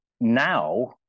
Now